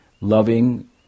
Loving